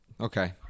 Okay